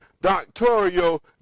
doctorial